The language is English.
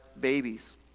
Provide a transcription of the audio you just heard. babies